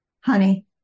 honey